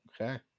Okay